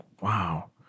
wow